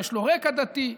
יש לו רקע דתי.